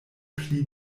pli